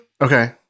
Okay